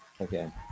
okay